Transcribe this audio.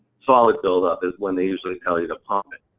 solid buildup is when they usually tell you to pump it.